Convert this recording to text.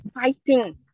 fighting